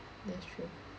that's true